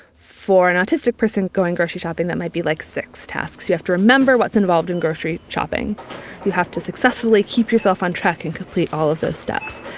for an autistic person going grocery shopping, that might be like six tasks. you have to remember what's involved in grocery shopping you have to successfully keep yourself on track and complete all of the steps.